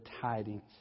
tidings